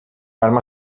arma